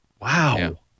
Wow